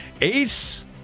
Ace